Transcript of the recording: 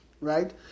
right